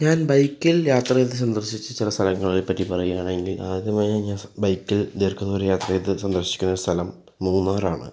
ഞാൻ ബൈക്കിൽ യാത്ര സന്ദർശിച്ച ചില സ്ഥലങ്ങളെ പറ്റി പറയുകയാണെങ്കിൽ ആദ്യമാായി ഞാൻ ബൈക്കിൽ ദീർഘ ദൂരം യാത്ര ചെയ്ത് സന്ദർശിക്കുന്ന സ്ഥലം മൂന്നാറാണ്